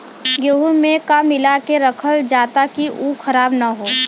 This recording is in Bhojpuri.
गेहूँ में का मिलाके रखल जाता कि उ खराब न हो?